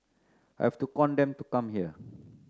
I have to con them to come here